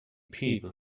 people